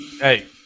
hey